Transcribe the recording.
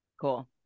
Cool